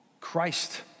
Christ